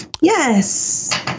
yes